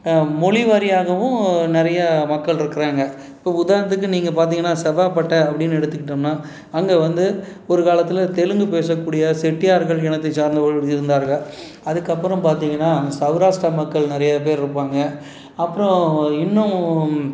மொழி வாரியாகவும் நிறைய மக்கள் இருக்கிறாங்க இப்போ உதாரணத்துக்கு நீங்கள் பார்த்தீங்கன்னா செவ்வாப்பேட்டை அப்படின்னு எடுத்துக்கிட்டோம்னா அங்கே வந்து ஒரு காலத்தில் தெலுங்கு பேசக்கூடிய செட்டியார்கள் இனத்தை சார்ந்தவர்கள் இருந்தார்கள் அதுக்கப்பறம் பார்த்தீங்கன்னா சௌராஸ்ட்ரா மக்கள் நிறைய பேர் இருப்பாங்க அப்புறோம் இன்னும்